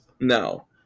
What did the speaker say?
No